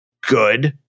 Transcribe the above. good